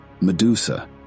Medusa